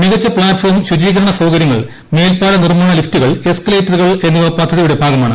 മികച്ച പ്ലാറ്റ്ഫോം ശുചീകരണ സൌകരൃങ്ങൾ മേൽപ്പാല നിർമ്മാണ ലിഫ്റ്റുകൾ എസ്കലേറ്ററുകൾ എന്നിവ പദ്ധതിയുടെ ഭാഗമാണ്